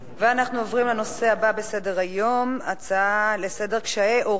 אנחנו עוברים לנושא הבא בסדר-היום: הצעה לסדר-היום